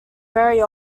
very